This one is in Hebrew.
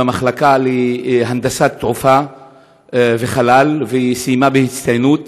במחלקה להנדסת תעופה וחלל, וסיימה בהצטיינות.